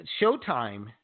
Showtime